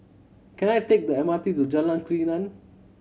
can I take the M R T to Jalan Krian